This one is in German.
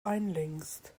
einlenkst